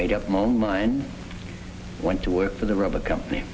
made up my mind went to work for the rubber company